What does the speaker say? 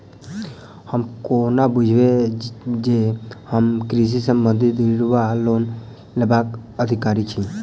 हम कोना बुझबै जे हम कृषि संबंधित ऋण वा लोन लेबाक अधिकारी छी?